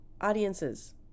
audiences